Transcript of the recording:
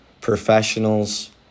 professionals